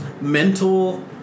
mental